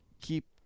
keep